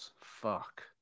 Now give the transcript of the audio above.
Fuck